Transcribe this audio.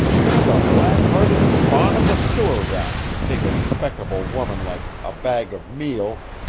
you're the black-hearted spawn of the sewer rats, to take a respectable woman like a bag of meal,